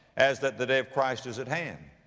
as that the day of christ is at hand.